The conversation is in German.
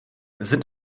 sind